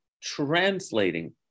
translating